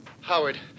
Howard